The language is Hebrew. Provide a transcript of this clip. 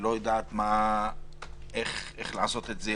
לא יודעת איך לעשות את זה.